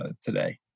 today